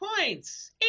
points